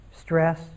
stress